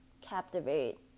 captivate